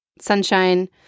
Sunshine